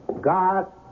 God